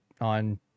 on